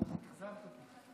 אכזבת אותי ממש.